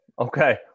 okay